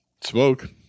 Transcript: smoke